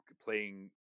playing